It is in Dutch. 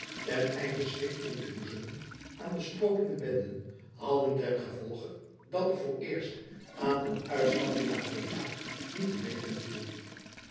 ten einde schrik in te boezemen aan de stroopende benden hadden ten gevolge dat er vooreerst aan een uitstapjen naar breda niet te denken viel